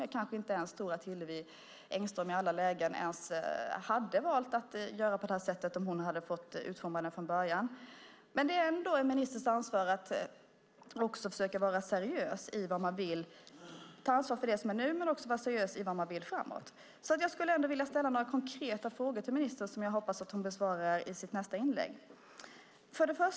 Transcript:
Jag kanske inte tror att Hillevi Engström i alla lägen ens hade valt att göra på det här sättet om hon fått utforma det hela från början, men det är en ministers ansvar att försöka vara seriös i vad man vill, ta ansvar för det som är nu och också vara seriös i vad man vill framöver. Jag skulle därför vilja ställa några konkreta frågor till ministern och hoppas att hon besvarar dem i sitt nästa inlägg.